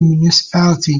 municipality